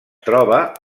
troba